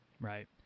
Right